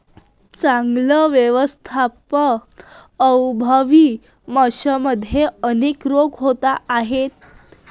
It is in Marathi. चांगल्या व्यवस्थापनाअभावी माशांमध्ये अनेक रोग होत आहेत